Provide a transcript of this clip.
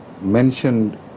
mentioned